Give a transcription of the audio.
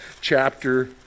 chapter